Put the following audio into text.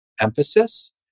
emphasis